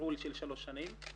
תפעול של שלוש שנים.